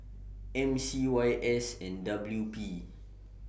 M C Y S and W P